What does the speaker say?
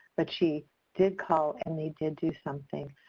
but she did call and they did do something.